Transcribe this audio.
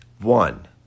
One